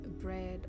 bread